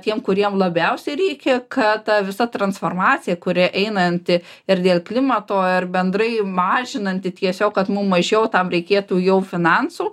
tiem kuriem labiausiai reikia kad ta visa transformacija kuri einanti ir dėl klimato ir bendrai mažinanti tiesiog kad mum mažiau tam reikėtų jau finansų